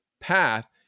path